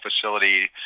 facility